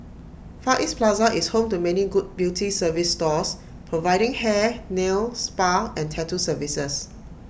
far east plaza is home to many good beauty service stores providing hair nail spa and tattoo services